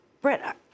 brett